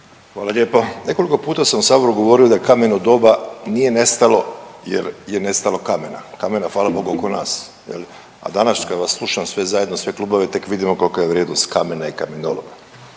Hvala lijepo. Nekoliko puta sam u saboru govorio da kameno doba nije nestalo jer je nestalo kamena, kamena fala Bogu oko nas je li, a danas kad vas slušam sve zajedno, sve klubove tek vidimo kolika je vrijednost kamena i kamenoloma,